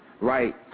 right